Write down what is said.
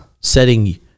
setting